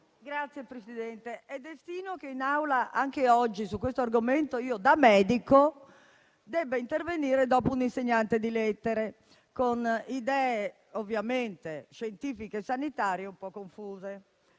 Signor Presidente, è destino che in Aula, anche oggi su questo argomento, io da medico debba intervenire dopo un insegnante di lettere, con idee ovviamente scientifiche e sanitarie un po' confuse.